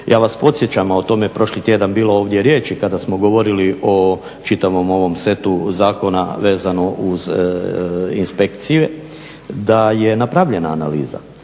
ja vas podsjećam, a o tome je prošli tjedan bilo ovdje riječi kada smo govorili o čitavom ovom setu zakona vezano uz inspekcije, da je napravljane analiza.